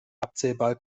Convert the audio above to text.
abzählbar